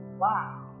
Wow